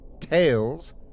TAILS